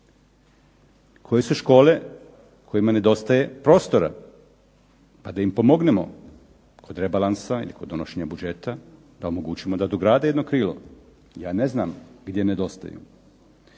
Koje su škole kojima nedostaje prostora pa da im pomognemo kod rebalansa ili kod donošenja budžeta da omogućimo da dograde jedno krilo. Ja ne znam gdje nedostaju.